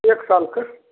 एक सालके